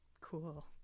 Cool